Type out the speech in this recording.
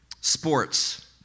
sports